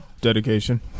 Dedication